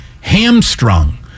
hamstrung